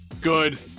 Good